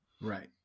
Right